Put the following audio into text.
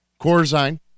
Corzine